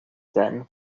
then